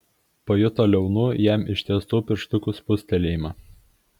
pajuto liaunų jam ištiestų pirštukų spustelėjimą